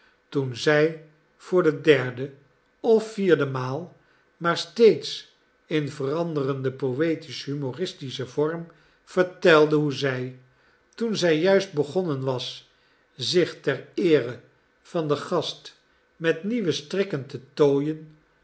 toen zij voor de derde of vierde maal maar steeds in veranderden poëtisch humoristischen vorm vertelde hoe zij toen zij juist begonnen was zich ter eere van den gast met nieuwe strikken te tooien